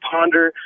Ponder